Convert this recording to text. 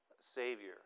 Savior